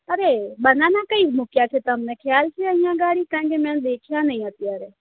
અરે બનાના કઈ મૂક્યા છે તમને ખ્યાલ છે અહી આગળી કારણ કે મેં દેખ્યા નઈ અત્યારે